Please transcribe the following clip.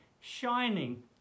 shining